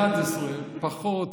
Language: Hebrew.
11 פחות